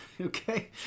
Okay